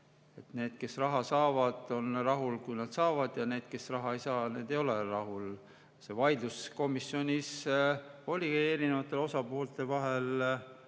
need, kes raha saavad, on rahul, kui nad saavad, ja need, kes raha ei saa, ei ole rahul. See vaidlus komisjonis oligi erinevate osapoolte vahel.